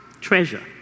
treasure